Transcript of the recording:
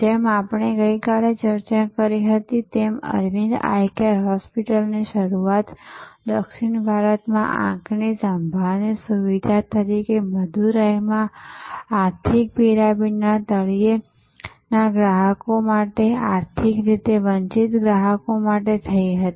જેમ આપણે ગઈકાલે ચર્ચા કરી હતી તેમ અરવિંદ આઈ કેર હોસ્પિટલની શરૂઆત દક્ષિણ ભારતમાં આંખની સંભાળની સુવિધા તરીકે મદુરાઈમાં આર્થિક પિરામિડના તળિયેના ગ્રાહકો માટે આર્થિક રીતે વંચિત ગ્રાહકો માટે થઈ હતી